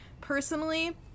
Personally